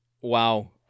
Wow